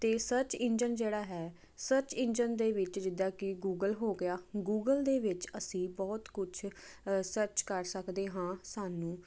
ਅਤੇ search engine ਜਿਹੜਾ ਹੈ ਸਰਚ ਇੰਜਨ ਦੇ ਵਿੱਚ ਜਿੱਦਾਂ ਕਿ ਗੂਗਲ ਹੋ ਗਿਆ ਗੂਗਲ ਦੇ ਵਿੱਚ ਅਸੀਂ ਬਹੁਤ ਕੁਛ ਸਰਚ ਕਰ ਸਕਦੇ ਹਾਂ ਸਾਨੂੰ